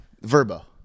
Verbo